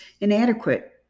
inadequate